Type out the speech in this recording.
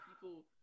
people